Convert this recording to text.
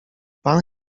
pan